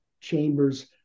Chamber's